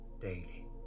daily